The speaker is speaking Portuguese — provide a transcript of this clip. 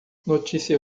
notícia